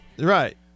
Right